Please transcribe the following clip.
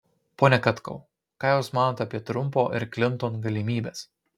pone katkau ką jūs manote apie trumpo ir klinton galimybes